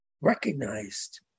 recognized